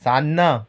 तान्न